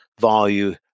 value